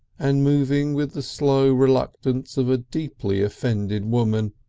and moving with the slow reluctance of a deeply offended woman,